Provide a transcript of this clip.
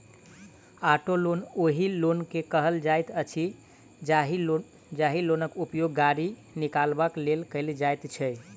auto loan ओहि loan के कहल जाइत अछि, जाहि लोनक उपयोग गाड़ी किनबाक लेल कयल जाइत छै